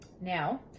Now